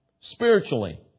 Spiritually